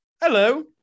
Hello